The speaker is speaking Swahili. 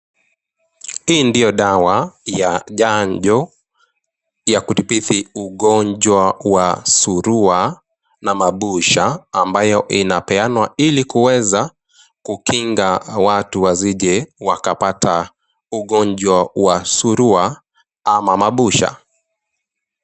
Hii ndio dawa ya chanjo ya kudhibiti ugonjwa wa surua na mabusha ambayo inapeanwa ili kuweza kukinga watu wasije wakapata ugonjwa wa surua ama mabusha.